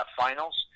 finals